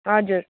हजुर